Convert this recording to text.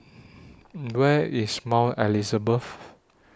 Where IS Mount Elizabeth